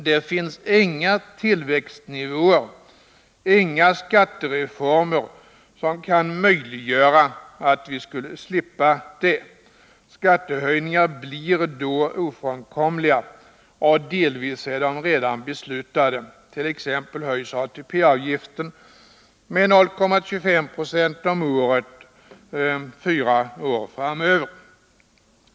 Det finns inga tillväxtnivåer, inga skattereformer som kan möjliggöra att vi slipper det. Skattehöjningar blir då ofrånkomliga och är delvis redan beslutade — t.ex. höjs ATP-avgiften med 0,25 96 om året fyra år framöver.